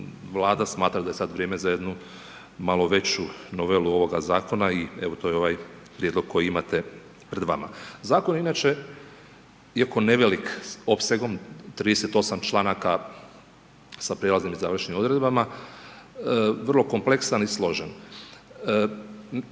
Vlada smatra da je sada vrijeme za jednu malo veću novelu ovoga zakona i evo, to je ovaj prijedlog koji imate pred vama. Zakon je inače iako nevelik opsegom, 38. članaka sa prijelaznim i završnim odredbama vrlo kompleksan i složen.